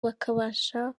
bakabasha